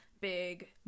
big